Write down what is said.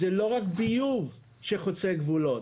זה לא רק ביוב שחוצה גבולות,